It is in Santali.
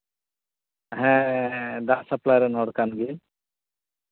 ᱦᱮᱸ ᱫᱟᱜ ᱥᱟᱯᱞᱟᱭ ᱨᱮᱱ ᱦᱚᱲ ᱠᱟᱱ ᱜᱤᱭᱟᱹᱧ